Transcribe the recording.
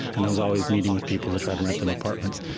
and i was always meeting with people to try to rent them apartments,